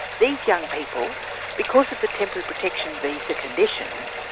these young people because of the temporary protection visa conditions,